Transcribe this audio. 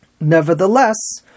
nevertheless